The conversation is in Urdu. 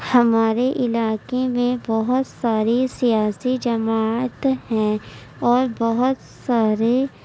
ہمارے علاقے میں بہت ساری سیاسی جماعت ہیں اور بہت سارے